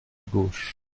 gauche